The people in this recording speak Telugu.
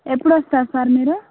ఎప్పుడొస్తార్ సార్ మీరు